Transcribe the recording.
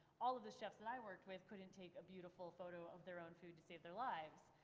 all of the chefs that i worked with couldn't take a beautiful photo of their own food to save their lives,